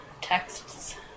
texts